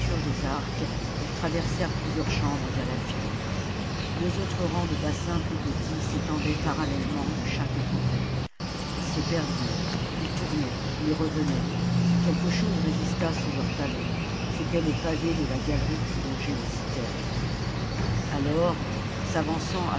des arcs ils traversèrent plusieurs chambres à la file deux autres rangs de bassins plus petits s'étendaient parallèlement de chaque coté lis se perdirent ils tournaient ils revenaient quelque chose résista sous leurs talons c'était le pavé de la galerie qui longeait les citernes alors s'avançant